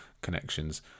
connections